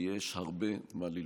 כי יש הרבה מה ללמוד.